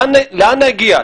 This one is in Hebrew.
לאן נגיע?